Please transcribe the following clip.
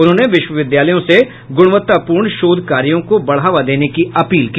उन्होंने विश्वविद्यालयों से गुणवत्तापूर्ण शोध कार्यों को बढ़ावा देने की अपील की